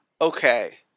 Okay